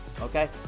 okay